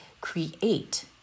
create